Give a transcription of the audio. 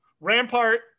Rampart